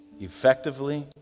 effectively